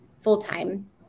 full-time